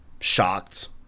shocked